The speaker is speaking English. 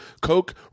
coke